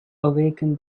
awaken